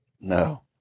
No